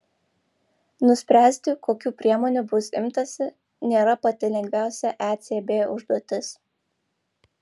nuspręsti kokių priemonių bus imtasi nėra pati lengviausia ecb užduotis